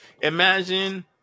Imagine